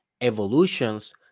Evolutions